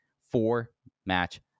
four-match